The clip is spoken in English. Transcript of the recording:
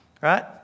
right